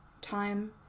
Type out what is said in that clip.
time